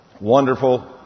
wonderful